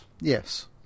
Yes